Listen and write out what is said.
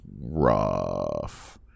rough